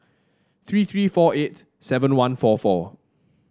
three three four eight seven one four four